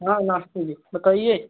हाँ नमस्ते जी तो कहिए